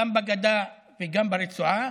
גם בגדה וגם ברצועה,